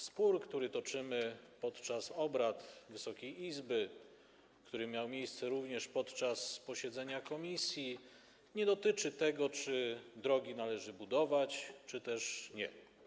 Spór, który toczymy podczas obrad Wysokiej Izby, który miał miejsce również podczas posiedzenia komisji, nie dotyczy tego, czy drogi należy budować, czy też nie.